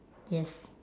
yes